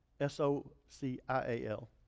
S-O-C-I-A-L